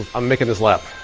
i'm making this lap.